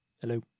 Hello